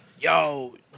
Yo